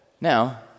now